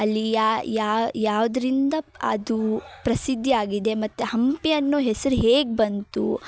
ಅಲ್ಲಿ ಯಾವ್ದರಿಂದ ಅದು ಪ್ರಸಿದ್ಧಿಯಾಗಿದೆ ಮತ್ತು ಹಂಪಿ ಅನ್ನೋ ಹೆಸ್ರು ಹೇಗೆ ಬಂತು